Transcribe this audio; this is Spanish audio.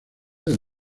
del